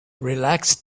relaxed